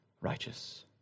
righteous